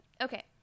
okay